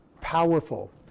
powerful